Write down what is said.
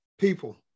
People